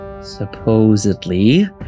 supposedly